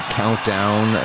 countdown